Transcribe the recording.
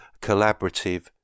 collaborative